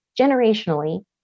Generationally